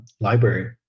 library